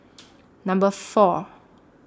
Number four